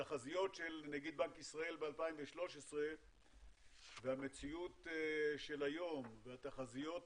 התחזיות של נגיד בנק ישראל ב-2013 והמציאות של היום והתחזיות,